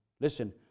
Listen